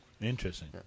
Interesting